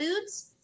foods